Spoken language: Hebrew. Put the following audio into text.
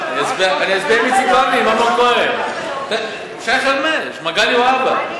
אני אצביע עם אמנון כהן, שי חרמש, מגלי והבה.